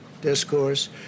discourse